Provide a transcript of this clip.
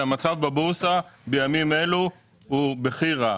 כי המצב בבורסה בימים אלו הוא בכי רע,